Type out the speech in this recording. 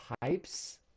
pipes